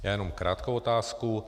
Jenom krátkou otázku.